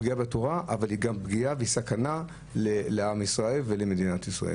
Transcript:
פגיעה בתורה אבל היא גם פגיעה וסכנה לעם ישראל ולמדינת ישראל.